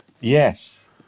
Yes